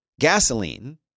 gasoline